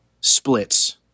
splits